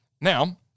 Now